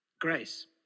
Grace